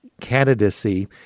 candidacy